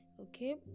Okay